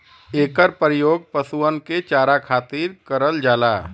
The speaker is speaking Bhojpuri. एकर परियोग पशुअन के चारा खातिर करल जाला